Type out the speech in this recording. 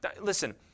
Listen